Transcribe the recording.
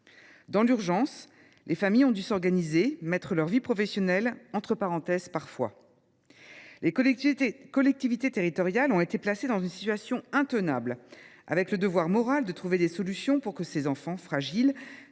Dans l’urgence, les familles ont dû s’organiser et, parfois, mettre leur vie professionnelle entre parenthèses. Les collectivités territoriales ont été placées dans une situation intenable, avec le devoir moral de trouver des solutions pour que ces enfants fragiles